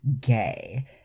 gay